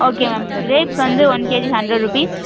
okay ma'am grapes வந்து one KG hundred rupees